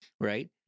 Right